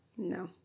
No